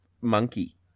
monkey